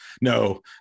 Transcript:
No